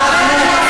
אנחנו,